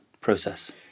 process